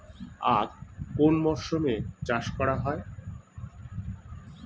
আখ কোন মরশুমে চাষ করা হয়?